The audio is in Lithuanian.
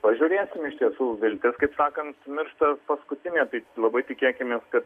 pažiūrėsim iš tiesų viltis kaip sakant miršta paskutinė tai labai tikėkimės kad